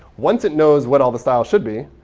once it knows what all the styles should be,